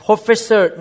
Professor